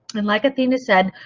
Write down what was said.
and like athena said,